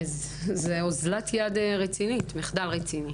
זו אוזלת יד ומחדל רציני.